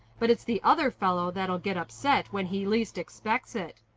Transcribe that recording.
but it's the other fellow that'll get upset when he least expects it.